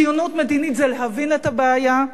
ציונות מדינית זה להבין את הבעיה,